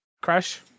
Crash